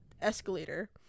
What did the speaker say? escalator